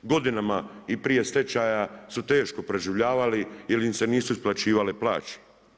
Godinama i prije stečaja su teško preživljavali jer im se nisu isplaćivale plaće.